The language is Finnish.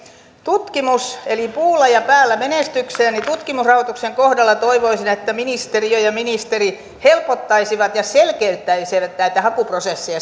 tutkimus eli puulla ja päällä menestykseen tutkimusrahoituksen kohdalla toivoisin että ministeriö ja ministeri helpottaisivat ja selkeyttäisivät näitä hakuprosesseja